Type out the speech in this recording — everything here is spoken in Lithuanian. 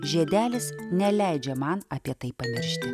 žiedelis neleidžia man apie tai pamiršti